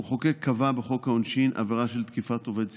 המחוקק קבע בחוק העונשין עבירה של תקיפת עובד ציבור.